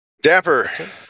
Dapper